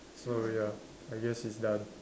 so we are I guess it's done